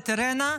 את אירנה,